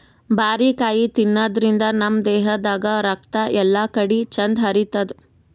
ಬಾರಿಕಾಯಿ ತಿನಾದ್ರಿನ್ದ ನಮ್ ದೇಹದಾಗ್ ರಕ್ತ ಎಲ್ಲಾಕಡಿ ಚಂದ್ ಹರಿತದ್